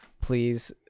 please